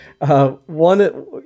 one